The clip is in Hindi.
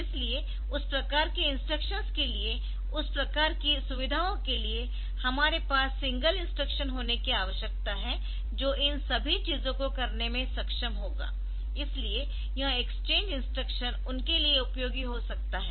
इसलिए उस प्रकार के इंस्ट्रक्शंस के लिए उस प्रकार की सुविधाओं के लिए हमारे पास सिंगल इंस्ट्रक्शन होने की आवश्यकता है जो इन सभी चीजों को करने में सक्षम होगा इसीलिए यह एक्सचेंज इंस्ट्रक्शन उनके लिए उपयोगी हो सकता है